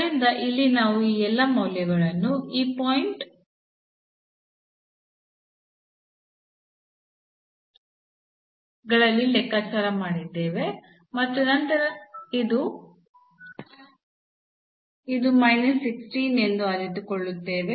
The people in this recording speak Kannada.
ಆದ್ದರಿಂದ ಇಲ್ಲಿ ನಾವು ಈ ಎಲ್ಲಾ ಮೌಲ್ಯಗಳನ್ನು ಈ ಪಾಯಿಂಟ್ ಗಳಲ್ಲಿ ಲೆಕ್ಕಾಚಾರ ಮಾಡಿದ್ದೇವೆ ಮತ್ತು ನಂತರ ನಾವು ಇದು ಎಂದು ಅರಿತುಕೊಳ್ಳುತ್ತೇವೆ